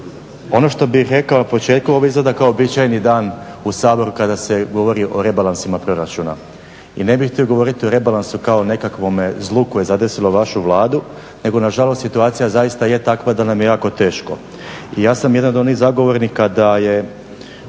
Ono što bih rekao na početku, ovo izgleda kao uobičajeni dan u Saboru kada se govori o rebalansima proračuna. I ne bih htio govoriti o rebalansu kao nekakvome zlu koje je zadesilo vašu Vladu nego nažalost situacija zaista je takva da nam je jako teško. I ja sam jedan od onih zagovornika da je